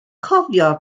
cofio